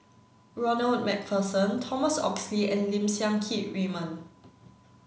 Ronald MacPherson Thomas Oxley and Lim Siang Keat Raymond